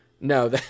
No